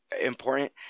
important